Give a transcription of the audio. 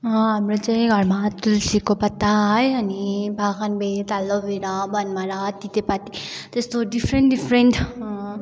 हाम्रो चाहिँ घरमा तुलसीको पत्ता है अनि पाखनबेद एलोभेरा बनमारा तितेपाती त्यस्तो डिफ्रेन्ट डिफ्रेन्ट